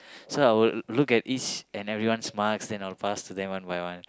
so I will look at each and everyone's marks then I will pass to them one by one